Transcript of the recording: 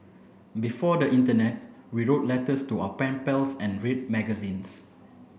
before the internet we wrote letters to our pen pals and read magazines